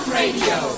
radio